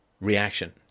reaction